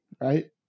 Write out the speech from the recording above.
Right